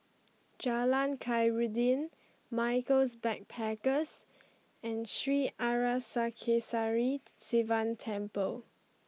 Jalan Khairuddin Michaels Backpackers and Sri Arasakesari Sivan Temple